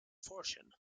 fortune